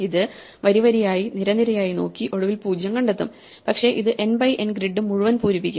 ഇത് വരിവരിയായി നിരനിരയായി നോക്കി ഒടുവിൽ 0 കണ്ടെത്തും പക്ഷേ ഇത് n ബൈ n ഗ്രിഡ് മുഴുവൻ പൂരിപ്പിക്കും